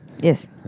Yes